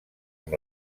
amb